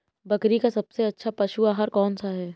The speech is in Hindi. बकरी का सबसे अच्छा पशु आहार कौन सा है?